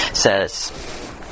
says